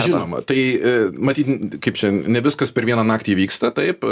žinoma tai matyt kaip čia ne viskas per vieną naktį įvyksta taip